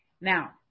Now